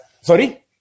Sorry